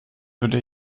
würde